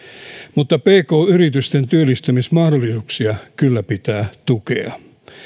mutta pk yritysten työllistämismahdollisuuksia kyllä pitää tukea